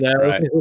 right